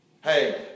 Hey